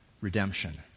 redemption